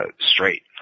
straight